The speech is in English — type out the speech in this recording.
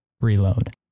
reload